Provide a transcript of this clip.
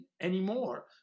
anymore